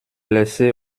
blessé